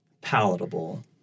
palatable